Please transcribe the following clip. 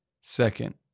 Second